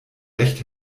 recht